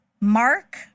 Mark